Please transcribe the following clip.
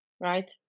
right